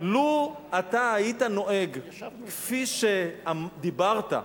לו אתה היית נוהג כפי שדיברת,